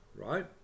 right